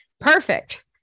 Perfect